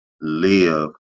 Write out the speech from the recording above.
live